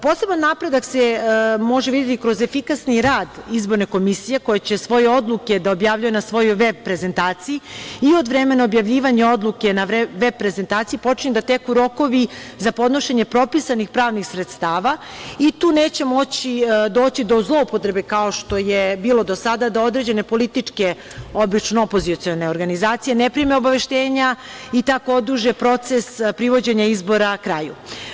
Poseban napredak se može videti kroz efikasni rad izborne komisije, koja će svoje odluke da objavljuje na svojoj VEB prezentaciji i od vremena objavljivanja odluke na VEB prezentaciji počinju da teku rokovi za podnošenje propisanih pravnih sredstava i tu neće moći doći do zloupotrebe, kao što je bilo do sada, da određene političke, obično opozicione organizacije, ne prime obaveštenja i tako oduže proces privođenja izbora kraju.